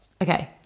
Okay